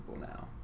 now